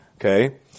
Okay